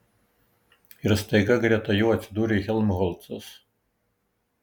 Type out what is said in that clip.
ir staiga greta jo atsidūrė helmholcas